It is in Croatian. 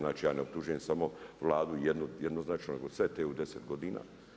Znači ja ne optužujem samo Vladu jednoznačno, nego sve te u 10 godina.